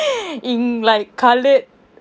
in like coloured